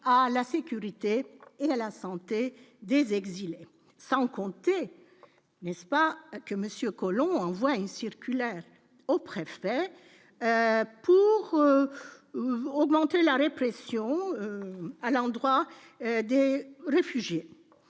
à la sécurité et à la santé des exilés sans compter n'est-ce pas que Monsieur Collomb envoie une circulaire aux préfets pour augmenter la répression à l'endroit des réfugiés